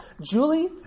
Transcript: Julie